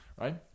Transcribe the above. Right